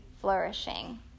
flourishing